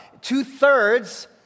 Two-thirds